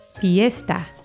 Fiesta